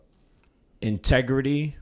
Integrity